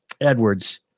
Edwards